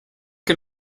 que